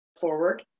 forward